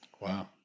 Wow